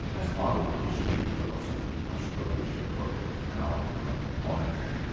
as part of the history of philosophy in australasia project, now under way at monash.